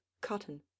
Cotton